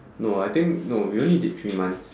no I think no we only did three months